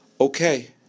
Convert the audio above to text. okay